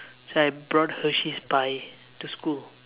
so I brought Hershey's pie to school